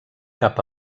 cap